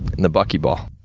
and the bucky ball.